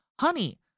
Honey